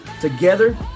Together